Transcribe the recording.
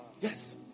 Yes